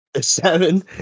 seven